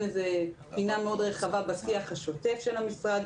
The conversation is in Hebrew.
לזה פינה מאוד רחבה בשיח השוטף של המשרד.